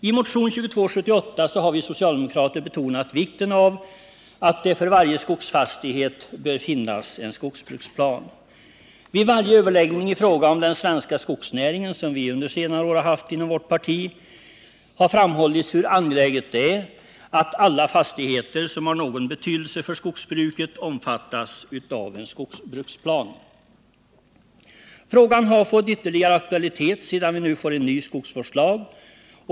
I motionen 2278 har vi socialdemokrater betonat vikten av att det för varje skogsfastighet bör finnas en skogsbruksplan. Vid varje överläggning i fråga om den svenska skogsnäringen som vi under senare år haft inom vårt parti har framhållits hur angeläget det är att alla fastigheter, som har någon betydelse för skogsbruket, omfattas av en skogsbruksplan. Frågan har fått ytterligare aktualitet sedan vi nu fått en ny skogsvårdslag.